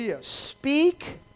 Speak